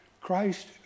Christ